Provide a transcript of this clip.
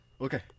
Okay